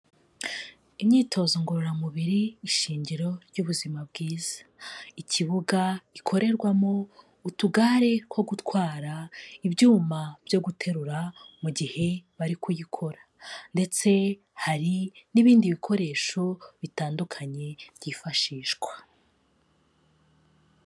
Imyitozo ngororamubiri ishingiro ry'ubuzima bwiza, ikibuga Gikorerwamo utugare two gutwara ibyuma byo guterura mu gihe bari kuyikora ndetse hari n'ibindi bikoresho bitandukanye byifashishwa.